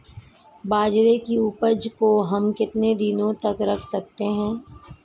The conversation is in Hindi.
बाजरे की उपज को हम कितने दिनों तक रख सकते हैं?